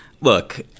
Look